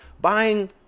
Buying